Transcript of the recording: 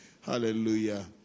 Hallelujah